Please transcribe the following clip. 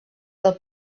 del